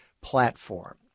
platform